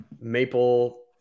maple